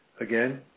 again